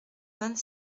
vingt